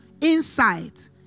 insight